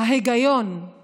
ההיגיון